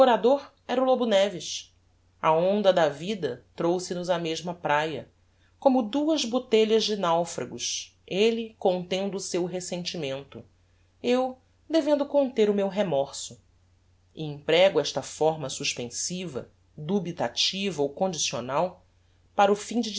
orador era o lobo neves a onda da vida trouxe-nos á mesma praia como duas botelhas de naufragos elle contendo o seu resentimento eu devendo conter o meu remorso e emprégo esta fórma suspensiva dubitativa ou condicional para o fim de